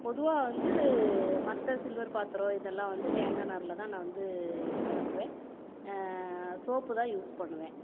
பொதுவாக வந்து மற்ற சில்வர் பாத்திரம் இதெல்லாம் வந்து தேங்காய் நாரில்தான் நான் வந்து விளக்குவேன் சோப்பு தான் யூஸ் பண்ணுவேன்